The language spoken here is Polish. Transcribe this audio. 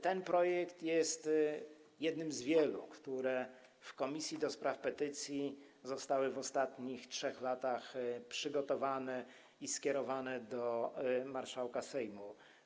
Ten projekt jest jednym z wielu, które w Komisji do Spraw Petycji zostały w ostatnich 3 latach przygotowane i skierowane do marszałka Sejmu.